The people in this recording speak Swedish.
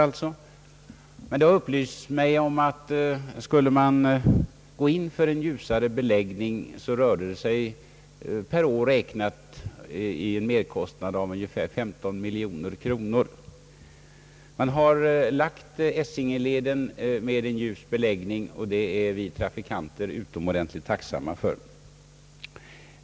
Det har upplysts mig om att merkostnaden för en ljusare beläggning skulle röra sig om ungefär 15 miljoner kronor per år. Essingeleden har försetts med en ljusare beläggning, och det är vi trafikanter utomordentligt tacksamma för.